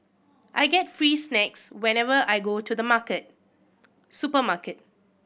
I get free snacks whenever I go to the market supermarket